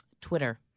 Twitter